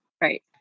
Right